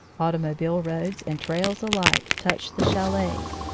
au tomobile roads and trails alike touch the chalets,